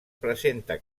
presenta